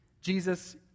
Jesus